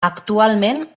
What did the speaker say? actualment